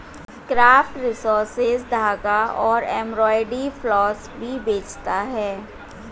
craft resources धागा और embroidery floss भी बेचता है